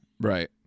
Right